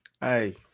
hey